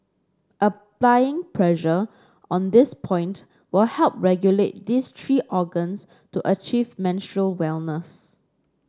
applying pressure on this point will help regulate these three organs to achieve menstrual wellness